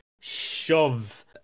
shove